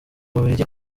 bubiligi